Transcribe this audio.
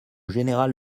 général